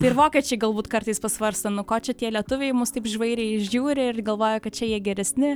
tai ir vokiečiai galbūt kartais pasvarsto nu ko čia tie lietuviai į mus taip žvairiai žiūri ir galvoja kad čia jie geresni